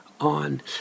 on